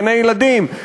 גני-ילדים,